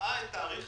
קיבעה את תאריך